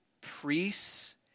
priests